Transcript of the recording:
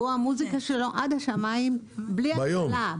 והמוזיקה שלו היא עד השמיים, בלי הגבלה.